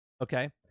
okay